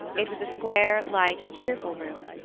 it was a square, light, cheerful room.